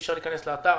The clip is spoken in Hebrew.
ואי-אפשר להיכנס לאתר.